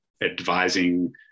advising